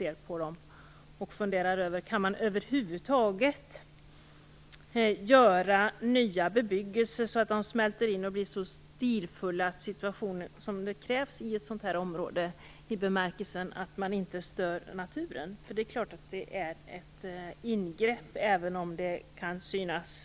Man kan också fundera över om det över huvud taget går att göra så att ny bebyggelse blir så stilfull och smälter in så väl som det krävs i ett sådant här område, dvs. i bemärkelsen att man inte stör naturen. Det är klart att det är ett ingrepp. Även om det